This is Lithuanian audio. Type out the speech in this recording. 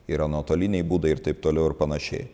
yra nuotoliniai būdai ir taip toliau ir panašiai